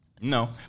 No